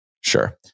Sure